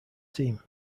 team